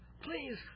please